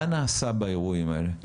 מה נעשה באירועים האלה?